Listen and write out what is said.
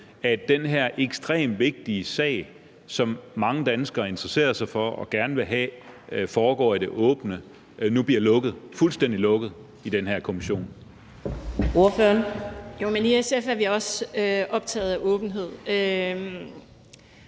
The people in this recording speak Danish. at den her ekstremt vigtige sag, som mange danskere interesserer sig for og gerne vil have foregår i det åbne, nu bliver fuldstændig lukket i den her kommission? Kl. 15:14 Fjerde næstformand